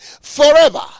forever